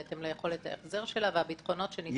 בהתאם ליכולת ההחזר שלה והביטחונות שניתנים.